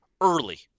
early